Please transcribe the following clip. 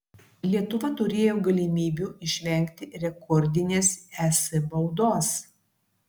lietuva turėjo galimybių išvengti rekordinės es baudos